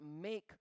make